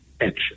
action